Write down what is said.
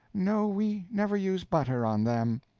no, we never use butter on them.